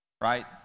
right